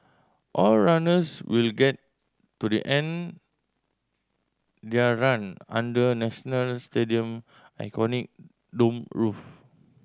all runners will get to the end their run under the National Stadium iconic domed roof